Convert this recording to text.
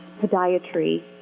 podiatry